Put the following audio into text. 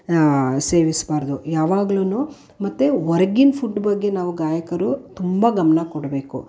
ಸೇವಿಸಬಾರ್ದು ಯಾವಾಗ್ಲೂ ಮತ್ತು ಹೊರಗಿನ ಫುಡ್ ಬಗ್ಗೆ ನಾವು ಗಾಯಕರು ತುಂಬ ಗಮನ ಕೊಡಬೇಕು